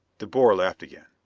de boer laughed again.